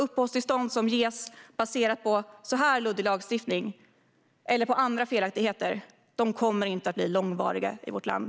Uppehållstillstånd som ges baserat på en sådan här luddig lagstiftning eller på andra felaktigheter kommer inte att bli långvariga i vårt land.